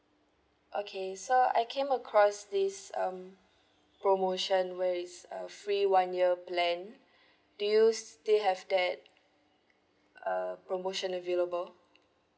okay so I came across this um promotion where it's a free one year plan do you still have that uh promotion available